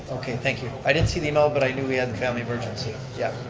okay, thank you. i didn't see the email, but i knew we had a family emergency, yeah.